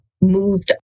moved